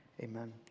amen